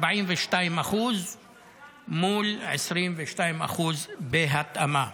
42% מול 22% בהתאמה.